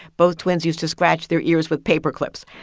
both twins used to scratch their ears with paperclips.